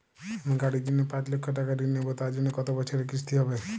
আমি গাড়ির জন্য পাঁচ লক্ষ টাকা ঋণ নেবো তার জন্য কতো বছরের কিস্তি হবে?